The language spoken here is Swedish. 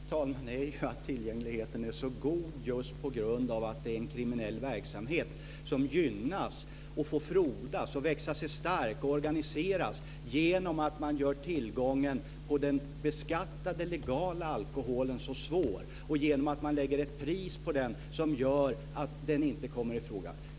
Fru talman! Problemet, fru talman, är att tillgängligheten är så god just på grund av att det är en kriminell verksamhet som gynnas och får frodas och växa sig stark och organiseras genom att man gör den beskattade legala alkoholen så svår att få tag på och genom att man sätter ett pris på den som gör att den inte kommer i fråga.